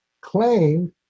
claimed